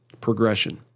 progression